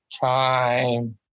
time